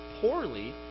poorly